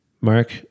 Mark